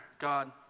God